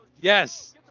Yes